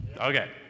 Okay